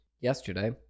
yesterday